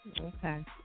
Okay